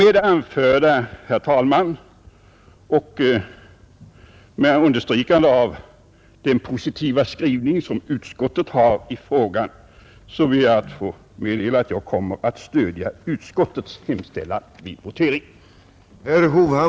Med det anförda, herr talman, och med understrykande av den positiva skrivning som utskottet har i frågan ber jag att få meddela att jag kommer att stödja utskottets hemställan vid voteringen.